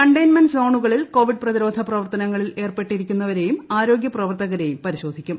containment സോണുകളിൽ Covid പ്രതിരോധ പ്രവർത്തനങ്ങളിൽ ഏർപ്പെട്ടിരിക്കുന്നവരെയും ആരോഗ്യ പ്രവർത്തകരെയും പരിശ്ശോധിക്കും